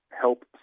help